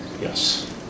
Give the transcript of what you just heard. Yes